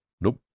Nope